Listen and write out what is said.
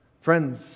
Friends